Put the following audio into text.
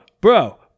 bro